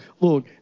look